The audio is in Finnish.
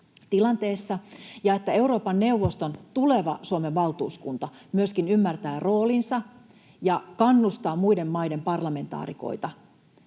ja Euroopan neuvoston tuleva Suomen valtuuskunta myöskin ymmärtää roolinsa ja kannustaa muiden maiden parlamentaarikoita